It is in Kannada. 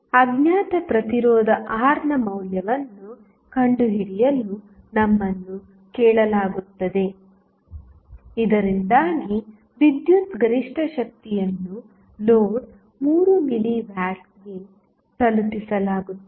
ಅಜ್ಞಾತ ಪ್ರತಿರೋಧ R ನ ಮೌಲ್ಯವನ್ನು ಕಂಡುಹಿಡಿಯಲು ನಮ್ಮನ್ನು ಕೇಳಲಾಗುತ್ತದೆ ಇದರಿಂದಾಗಿ ವಿದ್ಯುತ್ ಗರಿಷ್ಠ ಶಕ್ತಿಯನ್ನು ಲೋಡ್ 3 ಮಿಲಿ ವ್ಯಾಟ್ಗೆ ತಲುಪಿಸಲಾಗುತ್ತದೆ